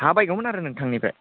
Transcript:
हा बायगौमोन आरो नोंथांनिफ्राय